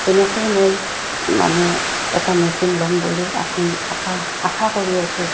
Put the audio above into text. তেনেকৈ মই মানে এটা মেচিন ল'ম বুলি আশা কৰি আছোঁ